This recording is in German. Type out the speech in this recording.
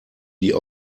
die